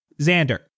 Xander